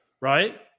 Right